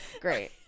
Great